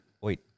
Wait